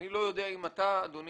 אני לא יודע אם אתה הכתובת.